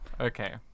Okay